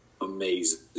amazing